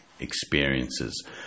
Experiences